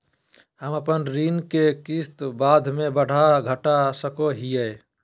हम अपन ऋण के किस्त बाद में बढ़ा घटा सकई हियइ?